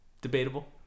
Debatable